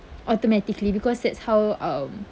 automatically because that's how um